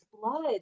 Blood